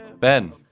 Ben